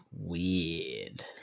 weird